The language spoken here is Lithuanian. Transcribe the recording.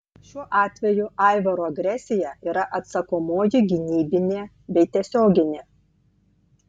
šiuo atveju aivaro agresija yra atsakomoji gynybinė bei tiesioginė